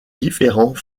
différents